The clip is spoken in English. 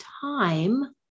time